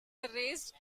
raised